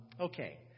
Okay